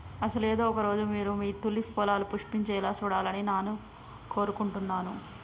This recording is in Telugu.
అసలు ఏదో ఒక రోజు మీరు మీ తూలిప్ పొలాలు పుష్పించాలా సూడాలని నాను కోరుకుంటున్నాను